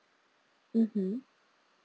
mmhmm